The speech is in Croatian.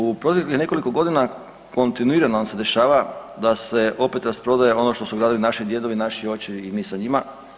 U proteklih nekoliko godina kontinuirano se dešava da se opet rasprodaje ono što su gradili naši djedovi, naši očevi i mi sa njima.